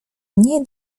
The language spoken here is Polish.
nie